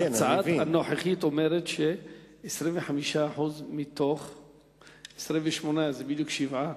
הצעת החוק הנוכחית אומרת ש-25% מתוך 28. זה בדיוק שבעה.